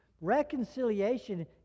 Reconciliation